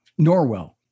Norwell